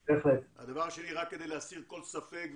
שקל על היחידה הבודדת הזאת בהתאם להסכם שלנו.